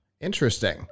interesting